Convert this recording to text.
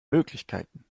möglichkeiten